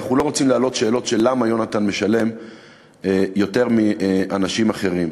ואנחנו לא רוצים להעלות שאלות למה יונתן משלם יותר מאנשים אחרים.